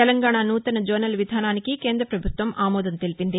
తెలంగాణా నూతన జోనల్ విధానానికి కేంద్రవభుత్వం ఆమోదం తెలిపింది